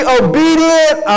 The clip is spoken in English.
obedient